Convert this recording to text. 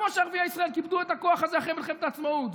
כמו שערביי ישראל כיבדו את הכוח הזה אחרי מלחמת העצמאות,